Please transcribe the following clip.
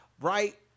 right